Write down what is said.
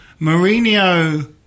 Mourinho